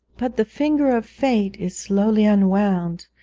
but the finger of fate is slowly unwound,